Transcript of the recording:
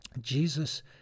Jesus